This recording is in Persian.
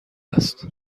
است